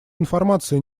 информации